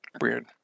Weird